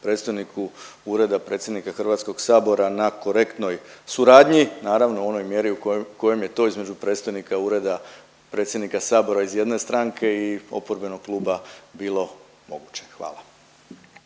predstojniku Ureda predsjednika HS-a na korektnoj suradnji, naravno u onoj mjeri u kojem je to između predstojnika Ureda predsjednika Sabora iz jedne stranke i oporbenog kluba bilo moguće. Hvala.